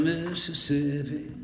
Mississippi